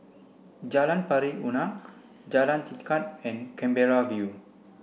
Jalan Pari Unak Jalan Tekad and Canberra View